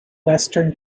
western